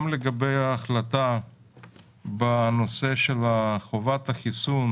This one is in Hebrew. גם לגבי ההחלטה בנושא של חובת החיסון